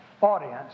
audience